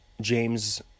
James